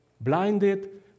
Blinded